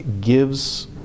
gives